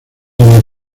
donde